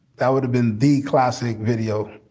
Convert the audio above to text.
that would have been the classic video.